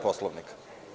Poslovnika.